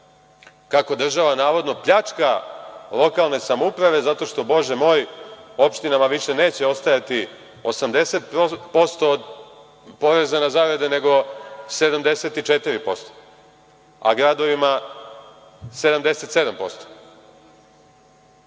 kako država navodno pljačka lokalne samouprave zato što, Bože moj, opštinama više neće ostajati 80% od poreza na zarade, nego 74%, a gradovima